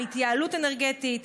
על התייעלות אנרגטית.